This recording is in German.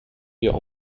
wir